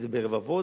וזה ברבבות,